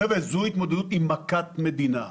זו התמודדות עם מכת מדינה.